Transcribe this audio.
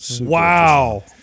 Wow